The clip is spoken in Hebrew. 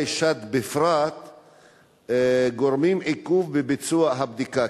שד בפרט גורמים עיכוב בביצוע הבדיקה.